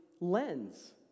lens